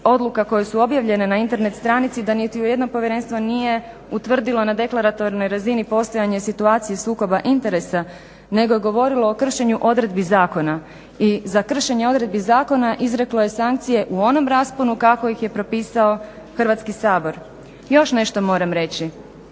odluka koje su objavljene na internet stranici, da niti jednom povjerenstvo nije utvrdilo na deklaratornoj razini postojanje situacije sukoba interesa nego je govorilo o kršenju odredbi zakona. I za kršenje odredbi zakona izreklo je sankcije u onom rasponu kako ih je propisao Hrvatski sabor. Još nešto moram reći,